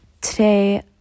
today